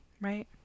right